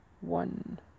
one